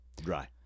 dry